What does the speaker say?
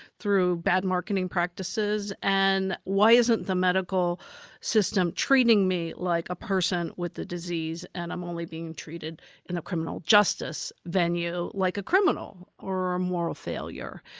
through bad marketing practices, and why isn't the medical system treating me like a person with a disease? and i'm only being treated in a criminal justice venue like a criminal or a moral failure.